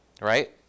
Right